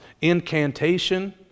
incantation